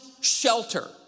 shelter